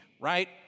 right